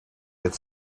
get